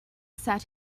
sat